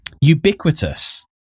ubiquitous